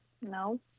no